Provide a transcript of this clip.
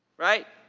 right?